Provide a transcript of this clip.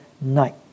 night